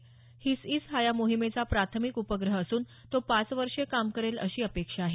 HysIS हा या मोहिमेचा प्राथमिक उपग्रह असून तो पाच वर्षे काम करेल अशी अपेक्षा आहे